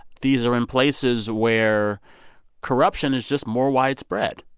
these are in places where corruption is just more widespread.